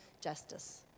justice